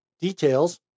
Details